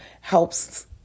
helps